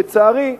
לצערי,